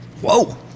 Whoa